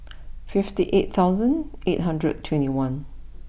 fifty eight thousand eight hundred and twenty one